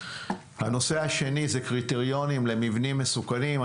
הנושא השני הוא קריטריונים למבנים מסוכנים.